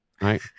right